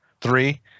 three